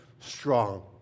Strong